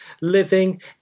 living